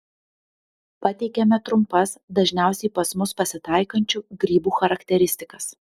pateikiame trumpas dažniausiai pas mus pasitaikančių grybų charakteristikas